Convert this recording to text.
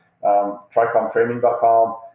TricomTraining.com